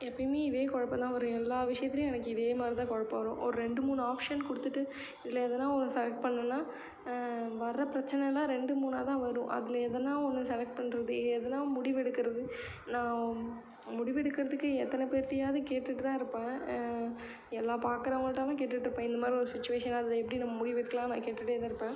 எப்பயுமே இதே குழப்பந்தா வரும் எல்லா விஷயத்திலியும் எனக்கு இதே மாதிரி தான் குழப்பம் வரும் ஒரு ரெண்டு மூணு ஆப்ஷன் கொடுத்துட்டு இதில் எதனா ஒன்று செலக்ட் பண்ணுனால் வர பிரச்சனையில் ரெண்டு மூணாகதா வரும் அதில் எதனா ஒன்று செலக்ட் பண்ணுறது எதனா முடிவெடுக்கறது நான் முடிவெடுக்கறதுக்கு எத்தனை பேர்கிட்டயாது கேட்டுட்டுதாருப்பேன் எல்லா பார்க்கறவங்கள்டலாம் கேட்டுட்ருப்பேன் இந்தமாதிரி ஒரு சிச்வேஷனாருந்தால் எப்படி நம்ம முடிவெடுக்கலாம் நான் கேட்டுட்டேதான் இருப்பேன்